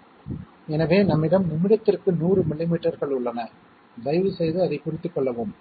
சரி எனவே நம்மிடம் நிமிடத்திற்கு 100 மில்லிமீட்டர்கள் உள்ளன தயவுசெய்து அதைக் குறித்துக் கொள்ளவும்